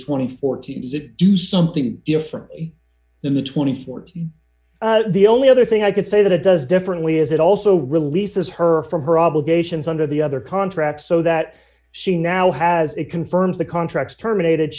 twenty four to do something different than the th the only other thing i could say that it does differently is it also releases her from her obligations under the other contract so that she now has it confirms the contracts terminated